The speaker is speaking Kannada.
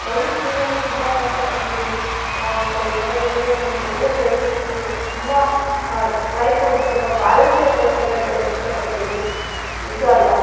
ನಾನು ಜೀವನದಲ್ಲಿ ತುಂಬ ಕಷ್ಟಪಟ್ಟಿದ್ದೀನಿ ಸೊ ಇವಾಗ ನನಗೆ ಒಂದು ಒಳ್ಳೆ ಕೆಲಸ ಸಿಕ್ಕಿದೆ ತುಂಬ ಲೈಫ್ ಒಂದು ಸ್ವಲ್ಪ ಬ್ಯಾಲೆನ್ಸಿಯಾಗಿ ಹೋಗ್ತಾ ಇದೆ ಅಂತ ಹೇಳಕ್ ಇಷ್ಟಪಡ್ತೀನಿ ನಿಜ ಅಲ್ವಾ